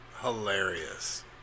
hilarious